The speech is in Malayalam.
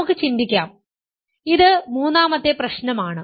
നമുക്ക് ചിന്തിക്കാം ഇത് 3 മത്തെ പ്രശ്നം ആണ്